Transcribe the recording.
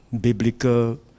biblical